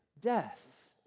death